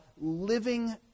living